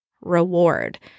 reward